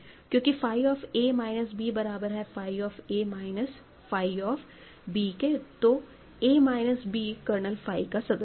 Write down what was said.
क्योंकि phi of a minus b बराबर है phi of a minus phi of b के तो a minus b kernel phi का सदस्य है